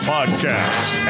Podcasts